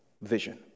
vision